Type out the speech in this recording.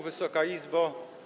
Wysoka Izbo!